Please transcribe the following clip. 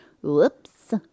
Whoops